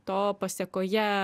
to pasekoje